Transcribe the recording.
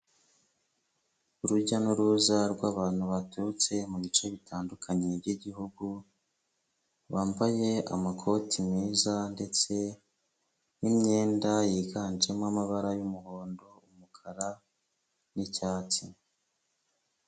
Urujya n'uruza rw'abantu baturutse mu bice bitandukanye by'igihugu bambaye amakoti meza ndetse n'imyenda yiganjemo amabara y'umuhondo, umukara n'icyatsi.